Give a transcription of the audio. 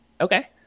Okay